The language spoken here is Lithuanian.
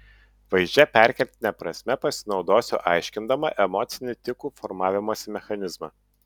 vaizdžia perkeltine prasme pasinaudosiu aiškindama emocinį tikų formavimosi mechanizmą